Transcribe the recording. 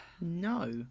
No